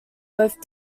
both